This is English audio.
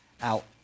out